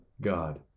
God